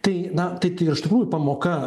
tai na tai tai iš tikrųjų pamoka